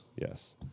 yes